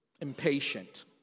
impatient